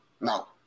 No